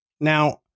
Now